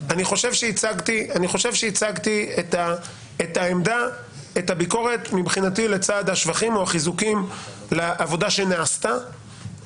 שהצגתי את הביקורת מבחינתי לצד השבחים או החיזוקים לעבודה שנעשתה,